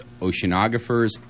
oceanographers